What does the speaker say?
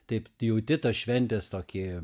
taip jauti tos šventės tokį